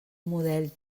model